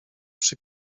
przy